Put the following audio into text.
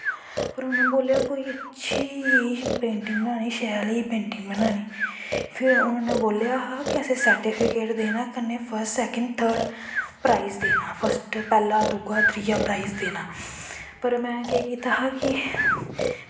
पर उ'नें बोल्लेआ कि कोई अच्छी जेही पेंटिंग बनानी शैल पेंटिंग बनानी फिर उ'नें बोल्लेआ हा कि असें सर्टिफिकेट देना कन्नै फर्स्ट सैकन थर्ड़ प्राईज़ देना पैह्ला दूआ त्रीआ प्राईंज़ देना पर में केह् कीता हा कि